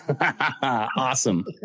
Awesome